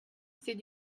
c’est